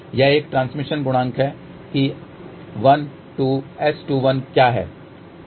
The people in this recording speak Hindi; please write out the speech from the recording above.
तो यह एक ट्रांसमिशन गुणांक है कि 1 2 S21 क्या है